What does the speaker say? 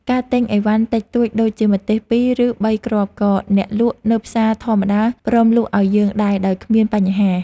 ការទិញអីវ៉ាន់តិចតួចដូចជាម្ទេសពីរឬបីគ្រាប់ក៏អ្នកលក់នៅផ្សារធម្មតាព្រមលក់ឱ្យយើងដែរដោយគ្មានបញ្ហា។